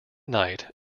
night